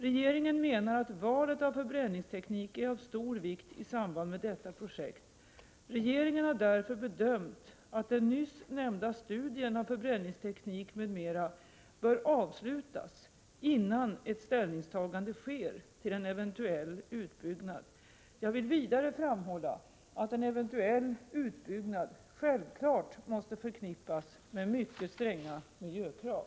Regeringen menar att valet av förbränningsteknik är av stor vikt i samband med detta projekt. Regeringen har därför bedömt att den nyss nämnda studien av förbränningsteknik m.m. bör avslutas innan ett ställningstagande sker till en eventuell utbyggnad. Jag vill vidare framhålla att en eventuell utbyggnad självklart måste förknippas med mycket stränga miljökrav.